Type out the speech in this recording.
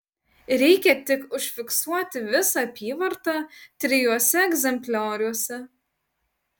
reikia tik užfiksuoti visą apyvartą trijuose egzemplioriuose